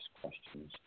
questions